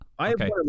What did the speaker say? Okay